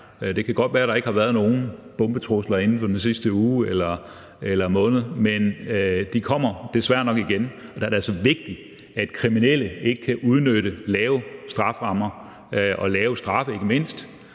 Det kan godt være, der ikke har været nogen bombetrusler inden for den sidste uge eller måned, men de kommer desværre nok igen, og der er det altså vigtigt, at kriminelle ikke kan udnytte lave strafferammer – og lave straffe ikke mindst